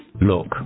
Look